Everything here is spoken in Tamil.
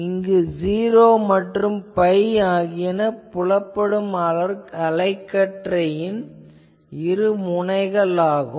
இங்கு '0' மற்றும் பை ஆகியன புலப்படும் அலைக்கற்றையின் இருமுனைகள் ஆகும்